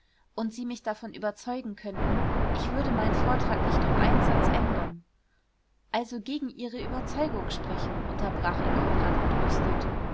und sie mich davon überzeugen könnten ich würde meinen vortrag nicht um einen satz ändern also gegen ihre überzeugung sprechen unterbrach ihn konrad entrüstet